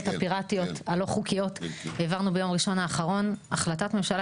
פירטיות לא חוקיות העברנו ביום ראשון האחרון החלטת ממשלה